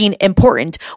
important